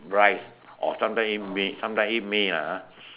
rice or sometimes eat Mee sometimes eat Mee lah ha